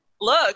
look